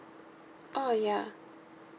oh ya